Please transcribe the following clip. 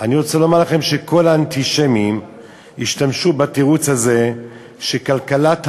אני רוצה לומר לכם שכל האנטישמים השתמשו בתירוץ הזה שכלכלת העולם,